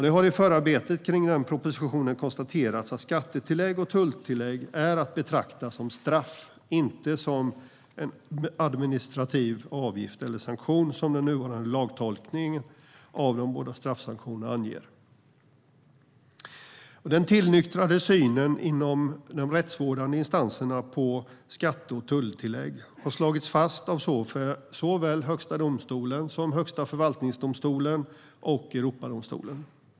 Det har i förarbetet kring denna proposition konstaterats att skattetillägg och tulltillägg är att betrakta som straff och inte som en administrativ avgift eller sanktion, som den nuvarande lagtolkningen av de båda straffsanktionerna anger. Den inom de rättsvårdande instanserna tillnyktrade synen på skatte och tulltillägg har slagits fast av såväl Högsta domstolen som Högsta förvaltningsdomstolen och Europadomstolen.